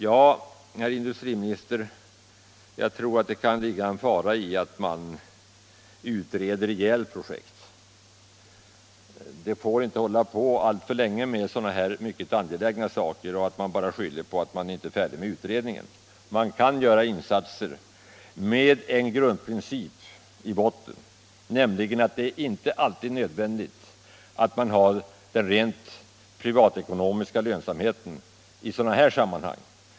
Ja, herr industriminister, jag tror dock att det kan ligga en fara i att man utreder ihjäl projektet. Man får inte hålla på alltför länge när det gäller sådana här mycket angelägna saker och bara skylla på att utredningen inte är färdig. Man kan göra insatser med tillämpning av en grundprincip, nämligen att det inte alltid är nödvändigt att ha den rent privatekonomiska lönsamheten i sådana här sammanhang.